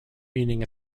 meaning